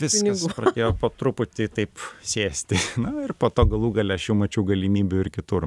viskas pradėjo po truputį taip sėsti na ir po to galų gale aš jau mačiau galimybių ir kitur